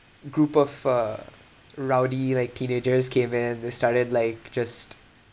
group of a rowdy like teenagers came in they started like just